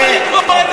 חבר הכנסת